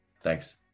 Thanks